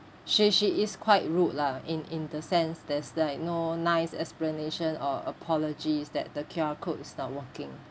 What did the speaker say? she she is quite rude lah in in the sense that's like no nice explanation or apologies that the Q_R code is not working